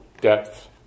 depth